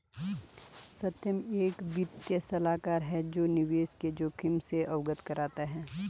सत्यम एक वित्तीय सलाहकार है जो निवेश के जोखिम से अवगत कराता है